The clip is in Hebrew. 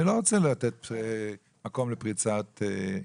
אני לא רוצה לתת מקום לפריצת דלתות.